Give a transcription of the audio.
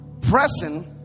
pressing